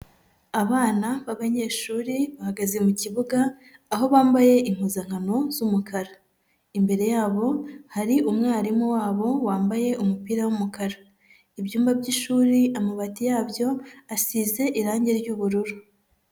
Abana b'abanyeshuri bahagaze mu kibuga aho bambaye impuzankano z'umukara, imbere yabo hari umwarimu wabo wambaye umupira w'umukara, ibyumba by'ishuri amabati yabyo asize irangi ry'ubururu.